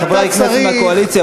חברי הכנסת מהקואליציה,